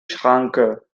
schranke